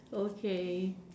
okay